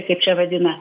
kaip čia vadina